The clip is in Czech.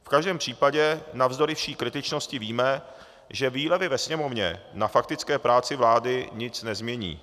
V každém případě navzdory vší kritičnosti víme, že výlevy ve Sněmovně na faktické práci vlády nic nezmění.